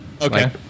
Okay